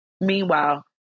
Meanwhile